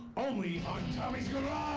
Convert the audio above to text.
only on tommy's garage!